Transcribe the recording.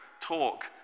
talk